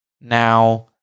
Now